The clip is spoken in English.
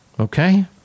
Okay